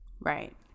right